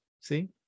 See